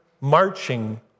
marching